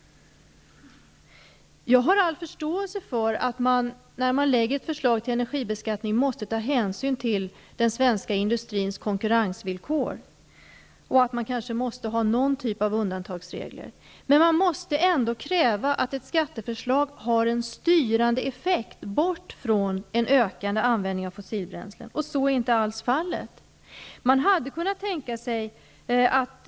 Jag har all förståelse för att man, när man lägger fram ett förslag till energibeskattning, måste ta hänsyn till den svenska industrins konkurrensvillkor och att det kanske är nödvändigt med någon typ av undantagsregler. Men kravet måste ändå ställas att ett skatteförslag skall ha en styrande effekt, så att man kommer bort från en ökad användning av fossila bränslen. Så är dock alls inte fallet.